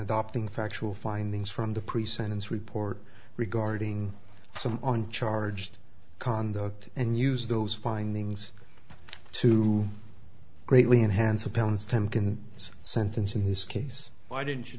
adopting factual findings from the pre sentence report regarding some on charged conduct and use those findings to greatly enhance a pounds ten can sentence in this case why didn't you